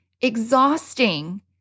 exhausting